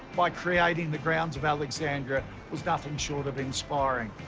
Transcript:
by creating the grounds of alexandria, was nothing short of inspiring.